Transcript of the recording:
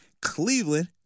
Cleveland